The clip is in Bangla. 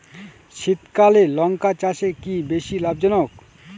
শীতকালে লঙ্কা চাষ কি বেশী লাভজনক?